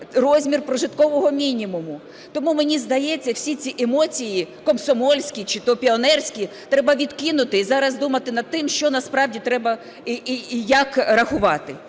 розмір прожиткового мінімуму. Тому, мені здається, всі ці емоції комсомольські чи то піонерські треба відкинути, і зараз думати над тим, що насправді треба і як рахувати.